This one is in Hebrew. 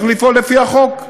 צריך לפעול לפי החוק.